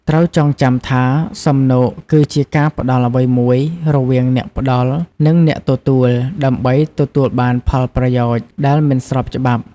ត្រូវចងចាំថា សំណូកគឺជាការផ្ដល់អ្វីមួយរវាងអ្នកផ្ដល់ និងអ្នកទទួល ដើម្បីទទួលបានផលប្រយោជន៍ដែលមិនស្របច្បាប់។